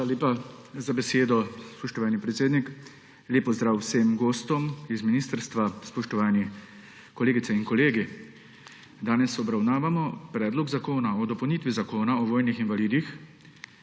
Hvala lepa za besedo, spoštovani predsednik. Lep pozdrav vsem gostom z ministrstva, spoštovani kolegice in kolegi! Danes obravnavamo Predlog zakona o dopolnitvi Zakona o vojnih invalidih,